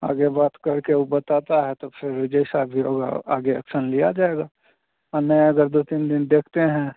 आगे बात करके वह बताता है तो फिर जैसा भी होगा आगे एक्शन लिया जाएगा नहीं अगर दो तीन दिन देखते हैं